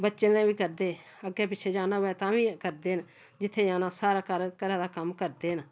बच्चें दे बी करदे अग्गें पिच्छें जाना होऐ तां बी करदे न जित्थै जाना सारा घर घरै दा कम्म करदे न